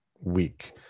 week